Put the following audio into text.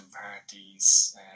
parties